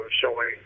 showing